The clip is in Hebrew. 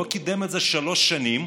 לא קידם את זה שלוש שנים,